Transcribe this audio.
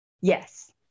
Yes